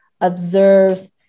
observe